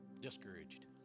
discouraged